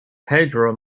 pedro